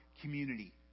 community